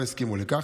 אבל לא הסכימו לכך.